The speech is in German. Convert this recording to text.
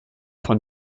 von